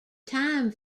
time